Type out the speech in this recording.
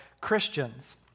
Christians